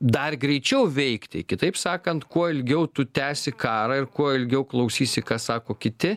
dar greičiau veikti kitaip sakant kuo ilgiau tu tęsi karą ir kuo ilgiau klausysi ką sako kiti